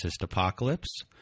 Apocalypse